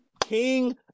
King